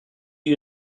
you